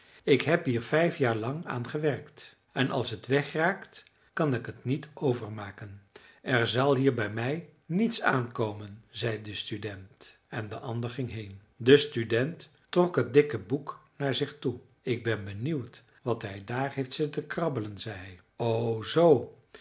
ik heb hier vijf jaar lang aan gewerkt en als het wegraakt kan ik het niet overmaken er zal hier bij mij niets aan komen zei de student en de ander ging heen de student trok het dikke boek naar zich toe ik ben benieuwd wat hij daar heeft zitten krabbelen zei hij o zoo